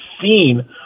seen